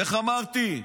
איך אמרתי?